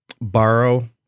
borrow